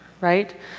right